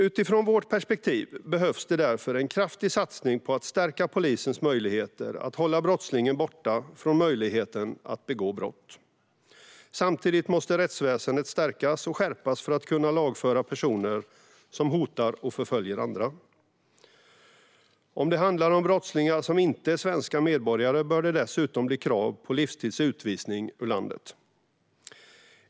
Utifrån vårt perspektiv behövs det därför en kraftig satsning på att stärka polisens möjligheter att hålla brottslingen borta från möjligheten att begå brott. Samtidigt måste rättsväsendet stärkas och skärpas för att kunna lagföra personer som hotar och förföljer andra. Om det handlar om brottslingar som inte är svenska medborgare bör det dessutom bli krav på livstids utvisning ur landet.